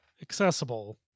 accessible